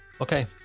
Okay